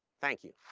thank you.